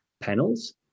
panels